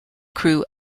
crew